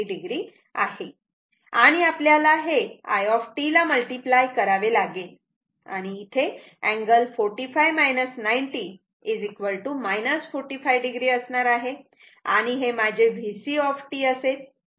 आणि आपल्याला हे i ला मल्टिप्लाय करावे लागेल आणि इथे अँगल 45 90 45 o असणार आहे आणि हे माझे VC असेल